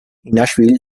nashville